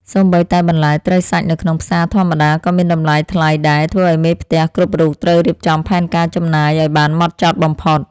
សូម្បីតែបន្លែត្រីសាច់នៅក្នុងផ្សារធម្មតាក៏មានតម្លៃថ្លៃដែលធ្វើឱ្យមេផ្ទះគ្រប់រូបត្រូវរៀបចំផែនការចំណាយឱ្យបានហ្មត់ចត់បំផុត។